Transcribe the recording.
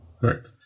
Correct